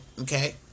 Okay